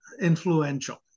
influential